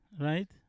Right